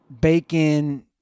Bacon